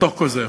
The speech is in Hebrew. בתוך כל זה.